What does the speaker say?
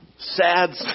Sad